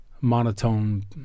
monotone